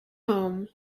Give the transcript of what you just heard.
home